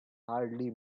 hardly